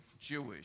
Jewish